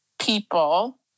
people